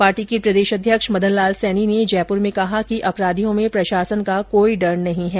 party के प्रदेश अध्यक्ष मदन लाल सैनी ने जयपुर में कहा कि अपराधियों में प्रशासन का कोई डर नहीं है